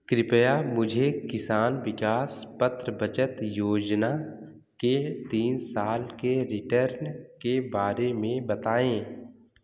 कृपया मुझे किसान विकास पत्र बचत योजना के तीन साल के रिटर्न के बारे में बताएँ